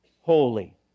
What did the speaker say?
holy